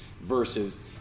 versus